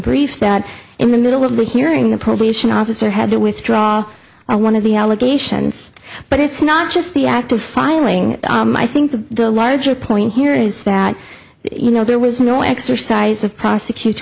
brief that in the middle of the hearing the probation officer had to withdraw or one of the allegations but it's not just the act of filing i think the larger point here is that you know there was no exercise of prosecut